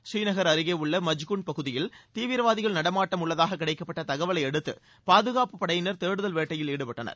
ஸ்ரீநகர் அருகே உள்ள மஜ்குண்ட் பகுதியில் தீவிரவாதிகள் நடமாட்டம் உள்ளதாக கிடைக்கப்பட்ட தகவலையடுத்து பாதுகாப்புப் படையினர் தேடுதல் வேட்டயில் ஈடுபட்டனர்